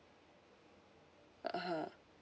(uh huh)